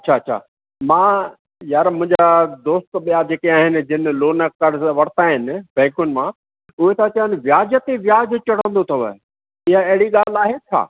अच्छा अच्छा मां यार मुंहिंजा दोस्त ॿिया जेके आहिनि जिन लोन कर्ज़ वरिता आहिनि बैंकुनि मां उहो था चवनि वियाज ते वियाज चढ़ंदो अथव हीअं अहिड़ी ॻाल्हि आहे छा